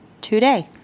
today